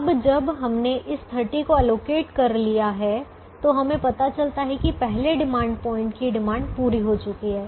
अब जब हमने इस 30 को आवंटित कर दिया है तो हमें पता चलता है कि पहले डिमांड पॉइंट की डिमांड पूरी हो चुकी है